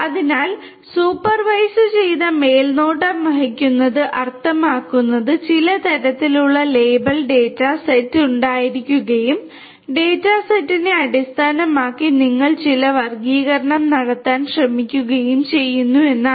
അതിനാൽ സൂപ്പർവൈസുചെയ്ത മേൽനോട്ടം വഹിക്കുന്നത് അർത്ഥമാക്കുന്നത് ചില തരത്തിലുള്ള ലേബൽ ഡാറ്റ സെറ്റ് ഉണ്ടായിരിക്കുകയും ഡാറ്റ സെറ്റിനെ അടിസ്ഥാനമാക്കി നിങ്ങൾ ചില വർഗ്ഗീകരണം നടത്താൻ ശ്രമിക്കുകയും ചെയ്യുന്നു എന്നാണ്